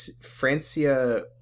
Francia